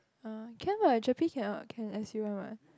ah can [what] GERPE cannot can S_U [one] [what]